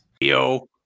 Yo